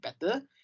better